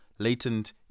Latent